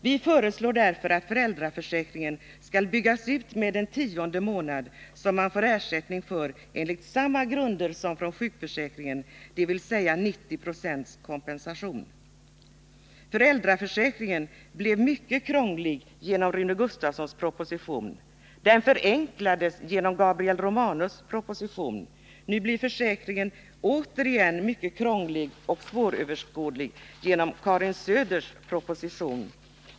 Vi föreslår därför att föräldraförsäkringen skall byggas ut med en tionde månad som man får ersättning för enligt samma grunder som från sjukförsäkringen, dvs. 90 96 kompensation. Föräldraförsäkringen blev mycket krånglig genom Rune Gustavssons proposition. Den förenklades genom Gabriel Romanus proposition. Nu blir försäkringen återigen mycket krånglig och svåröverskådlig genom Karin Söders proposition.